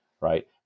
right